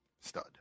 stud